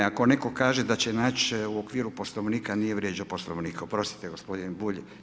Ako neko kaže da će nać u okviru Poslovnika nije vrijeđao Poslovnik, oprostite gospodine Bulj.